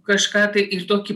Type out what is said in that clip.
kažką tai ir tokį